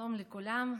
שלום לכולם.